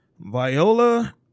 Viola